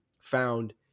found